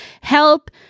Help